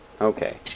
Okay